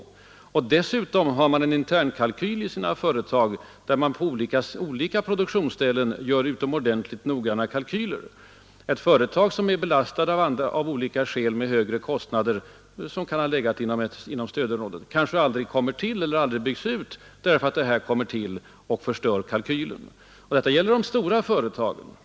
Man har dessutom i företagen internkalkyler, där man för olika produktionsställen gör utomordentligt noggranna jämförelser. En företagsenhet belägen inom stödområdet och av olika skäl belastad med sämre produktionsbetingelser får stå tillbaka för andra enheter, då en höjning av arbetsgivaravgiften kommer in och ytterligare försämrar kalkylerna. Detta gäller de stora företagen.